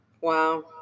Wow